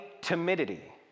timidity